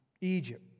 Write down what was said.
Egypt